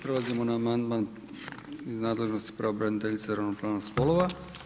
Prelazimo na amandman u nadležnosti pravobraniteljice za ravnopravnost spolova.